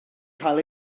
cael